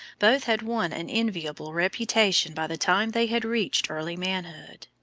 both had won an enviable reputation by the time they had reached early manhood.